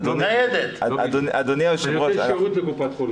אני נותן שירות לקופת חולים.